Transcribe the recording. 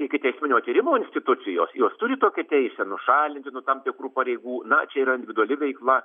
ikiteisminio tyrimo institucijos jos turi tokią teisę nušalinti nuo tam tikrų pareigų na čia yra individuali veikla